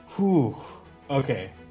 Okay